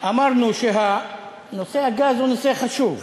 אמרנו שנושא הגז הוא נושא חשוב,